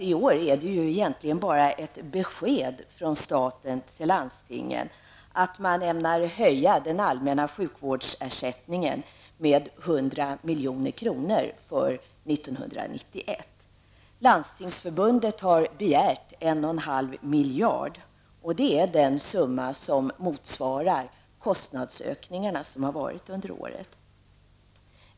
I år är det egentligen bara ett besked från staten till landstingen att man ämnar höja den allmänna sjukvårdsersättningen med 100 Landstingsförbundet har begärt 1,5 miljarder, och det är en summa som motsvarar de kostnadsökningar som har förekommit under året.